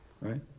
right